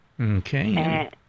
Okay